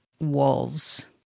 wolves